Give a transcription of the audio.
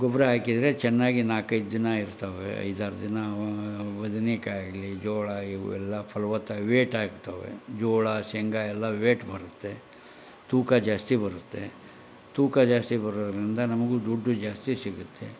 ಗೊಬ್ಬರ ಹಾಕಿದರೆ ಚೆನ್ನಾಗಿ ನಾಲ್ಕೈದು ದಿನ ಇರ್ತಾವೆ ಐದಾರು ದಿನ ಅವು ಅವು ಬದನೆಕಾಯಾಗಲಿ ಜೋಳ ಇವೆಲ್ಲ ಫಲವತ್ತಾಗಿ ವೈಟ್ ಆಗ್ತಾವೆ ಜೋಳ ಶೇಂಗಾ ಎಲ್ಲ ವೈಟ್ ಬರುತ್ತೆ ತೂಕ ಜಾಸ್ತಿ ಬರುತ್ತೆ ತೂಕ ಜಾಸ್ತಿ ಬರೋದರಿಂದ ನಮಗೂ ದುಡ್ಡು ಜಾಸ್ತಿ ಸಿಗುತ್ತೆ